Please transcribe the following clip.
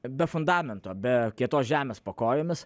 be fundamento be kietos žemės po kojomis